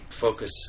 focus